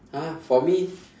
!huh! for me